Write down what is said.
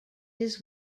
his